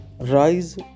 Rise